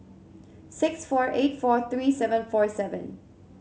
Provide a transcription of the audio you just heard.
six four eight four three seven four seven